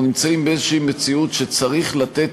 אנחנו נמצאים באיזו מציאות שבה צריך לתת